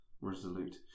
Resolute